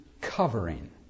covering